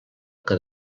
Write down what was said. que